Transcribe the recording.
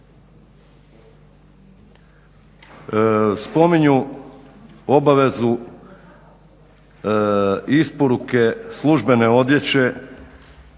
Spominju obavezu isporuke službene odjeće